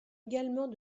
également